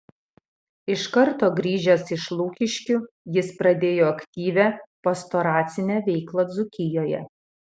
iš karto grįžęs iš lukiškių jis pradėjo aktyvią pastoracinę veiklą dzūkijoje